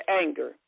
anger